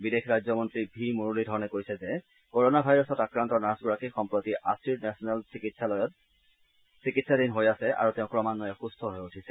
বিদেশ ৰাজ্যমল্লী ভি মুৰুলীধৰণে কৈছে যে কোৰোনা ভাইৰাছত আক্ৰান্ত নাৰ্ছগৰাকী সম্প্ৰতি আছিৰ নেশ্যনেল চিকিৎসালয়ত চিকিৎসাধীন হৈ আছে আৰু তেওঁ ক্ৰমান্বয়ে সুস্থ হৈ উঠিছে